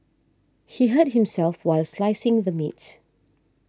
he hurt himself while slicing the meat